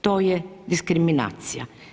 To je diskriminacija.